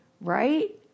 right